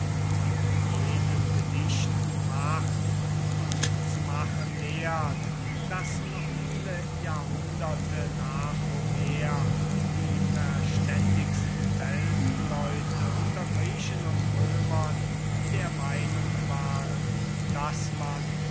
von homers gedichten macht und zu machen lehrt daß noch viele jahrhunderte nach homer die verständigsten weltleute unter griechen und römern der meinung waren daß man